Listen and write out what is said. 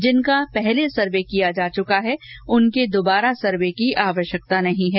जिनका पहले सर्वे किया जा चुका है उनके दुबारा सर्वे की आवश्यकता नहीं है